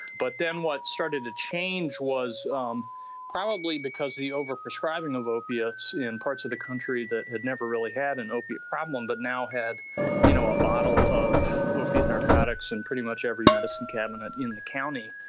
but then what started to change was um probably because the overprescribing of opiates in parts of the country that had never really had an opiate problem but now had you know a bottle of opiate narcotics in pretty much every medicine cabinet in the county,